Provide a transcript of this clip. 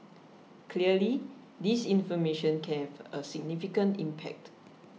clearly disinformation can have a significant impact